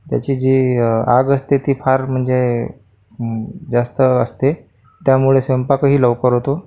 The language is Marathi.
त्याची जी आग असते ती फार म्हणजे जास्त असते त्यामुळे स्वयंपाकही लवकर होतो